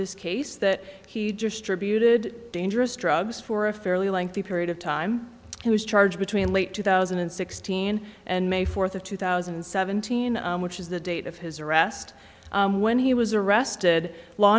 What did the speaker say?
this case that he just tributed dangerous drugs for a fairly lengthy period of time he was charged between late two thousand and sixteen and may fourth of two thousand and seventeen which is the date of his arrest when he was arrested law